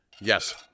Yes